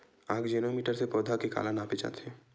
आकजेनो मीटर से पौधा के काला नापे जाथे?